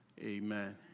amen